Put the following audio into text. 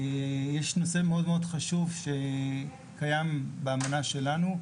יש נושא מאוד חשוב שקיים באמנה שלנו,